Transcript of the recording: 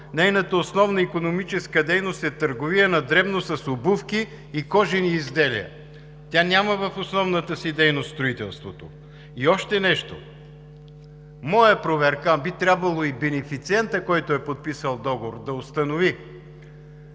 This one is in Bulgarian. е с основна икономическа дейност търговия на дребно с обувки и кожени изделия. Тя няма в основната си дейност строителството. И още нещо. Моя проверка, а би трябвало и бенефициентът, който е подписал договора да установи,